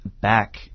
back